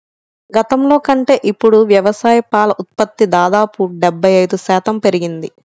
గతంలో కంటే ఇప్పుడు వ్యవసాయ పాల ఉత్పత్తి దాదాపు డెబ్బై ఐదు శాతం పెరిగింది